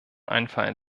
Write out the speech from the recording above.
einfallen